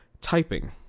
Typing